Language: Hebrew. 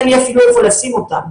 אין לי אפילו איפה לשים אותם.